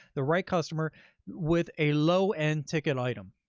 the right customer with a low-end ticket item.